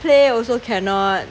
play also cannot